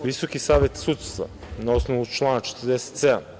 Visoki savet sudstva, na osnovu člana 47.